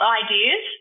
ideas